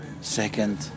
second